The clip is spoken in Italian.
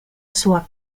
sua